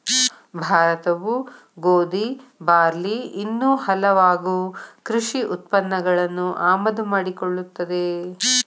ಭಾರತವು ಗೋಧಿ, ಬಾರ್ಲಿ ಇನ್ನೂ ಹಲವಾಗು ಕೃಷಿ ಉತ್ಪನ್ನಗಳನ್ನು ಆಮದು ಮಾಡಿಕೊಳ್ಳುತ್ತದೆ